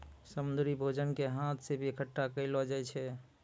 समुन्द्री भोजन के हाथ से भी इकट्ठा करलो जाय छै